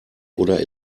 oder